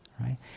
right